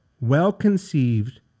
well-conceived